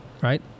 right